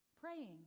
praying